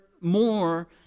more